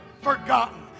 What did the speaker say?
forgotten